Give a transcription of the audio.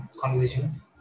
conversation